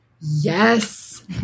yes